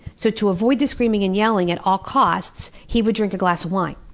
so, to avoid the screaming and yelling at all costs, he would drink a glass of wine,